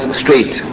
straight